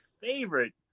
favorite